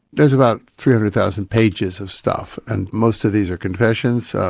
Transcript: there's about three hundred thousand pages of stuff, and most of these are confessions,